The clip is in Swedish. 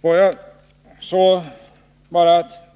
Får jag